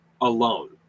alone